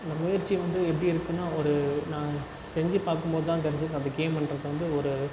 அந்த முயற்சி வந்து எப்படி இருக்குதுனா ஒரு நான் செஞ்சி பார்க்கும் போதுதான் தெரிஞ்சது அந்த கேம்ன்றது வந்து ஒரு